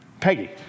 Peggy